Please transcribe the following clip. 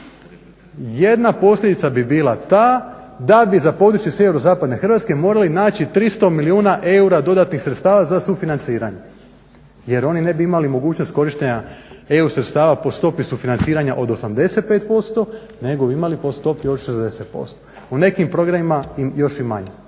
Jedna posljedica bi bila ta da bi za područje sjeverozapadne Hrvatske morali naći 300 milijuna eura dodatnih sredstava za sufinanciranje jer oni ne bi imali mogućnost korištenja EU sredstava po stopi sufinanciranja od 85% nego bi imali po stopi od 60%. U nekim programima još i manje.